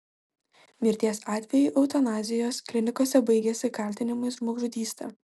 mirties atvejai eutanazijos klinikose baigiasi kaltinimais žmogžudyste